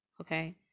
Okay